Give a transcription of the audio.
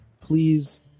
Please